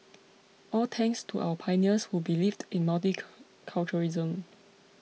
all thanks to our pioneers who believed in multiculturalism